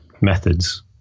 methods